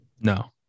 No